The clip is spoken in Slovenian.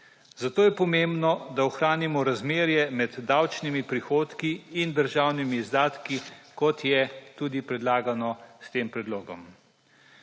Zato je pomembno, da ohranimo razmerje med davčnimi prihodki in državnimi izdatki, kot je tudi predlagano s tem predlogom.